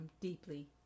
deeply